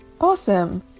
Awesome